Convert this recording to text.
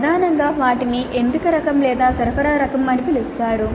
ప్రధానంగా వాటిని ఎంపిక రకం లేదా సరఫరా రకం అని పిలుస్తారు